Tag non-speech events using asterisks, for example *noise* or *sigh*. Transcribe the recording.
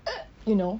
*noise* you know